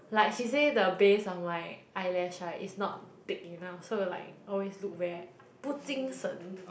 like she say the base of my eyelash right is not thick enough so I like always look very bu jing shen